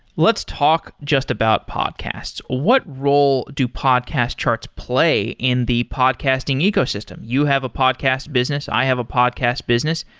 let's talk just about podcasts. what role do podcast charts play in the podcasting ecosystem? you have a podcast business. i have a podcast business.